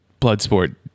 Bloodsport